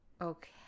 Okay